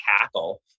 cackle